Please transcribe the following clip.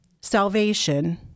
salvation